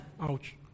Ouch